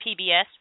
PBS